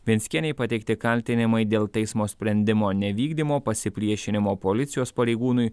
venckienei pateikti kaltinimai dėl teismo sprendimo nevykdymo pasipriešinimo policijos pareigūnui